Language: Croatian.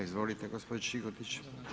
Izvolite gospođo Čikotić.